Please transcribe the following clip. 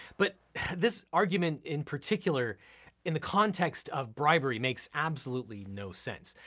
but this argument in particular in the context of bribery makes absolutely no sense.